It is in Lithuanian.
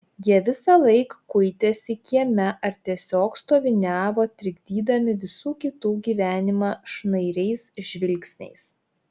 jie visąlaik kuitėsi kieme ar tiesiog stoviniavo trikdydami visų kitų gyvenimą šnairais žvilgsniais